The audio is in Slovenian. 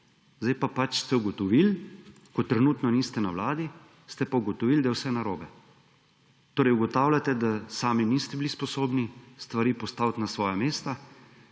Zdaj pa ste pač ugotovili, ko trenutno niste na vladi, da je vse narobe. Torej ugotavljate, da sami niste bili sposobni stvari postaviti na svoja mesta,